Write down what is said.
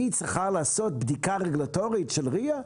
היא צריכה לעשות בדיקה רגולטורית של RIA?